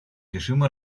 режима